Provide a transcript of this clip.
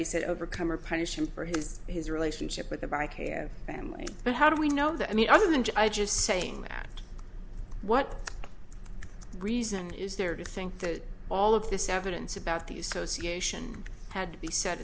g said overcomer punish him for his his relationship with the bike family but how do we know that i mean other than just saying that what reason is there to think that all of this evidence about the association had to be set